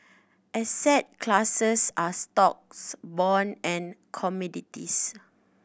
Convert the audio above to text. asset classes are stocks bonds and commodities